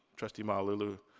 trustee malauulu,